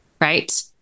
Right